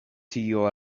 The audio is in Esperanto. tio